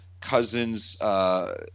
Cousins –